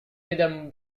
mesdames